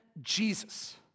Jesus